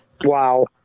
Wow